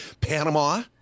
Panama